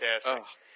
fantastic